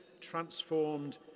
transformed